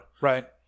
Right